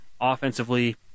Offensively